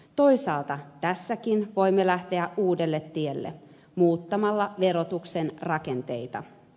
toisaalta tässäkin voimme lähteä uudelle tielle muuttamalla verotuksen rakenteita